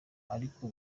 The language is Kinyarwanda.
ariko